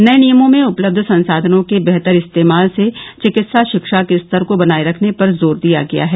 नए नियमों में उपलब्ध संसाधनों के बेहतर इस्तेमाल से चिकित्सा शिक्षा के स्तर को बनाए रखने पर जोर दिया गया है